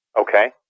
Okay